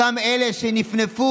אותם אלה שנפנפו,